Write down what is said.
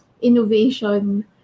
innovation